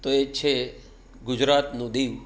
તો એ છે ગુજરાતનું દીવ